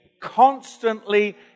constantly